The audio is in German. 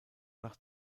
nach